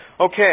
Okay